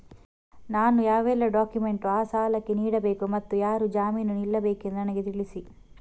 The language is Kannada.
ನಾನು ಯಾವೆಲ್ಲ ಡಾಕ್ಯುಮೆಂಟ್ ಆ ಸಾಲಕ್ಕೆ ನೀಡಬೇಕು ಮತ್ತು ಯಾರು ಜಾಮೀನು ನಿಲ್ಲಬೇಕೆಂದು ನನಗೆ ತಿಳಿಸಿ?